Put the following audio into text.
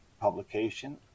publication